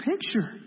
picture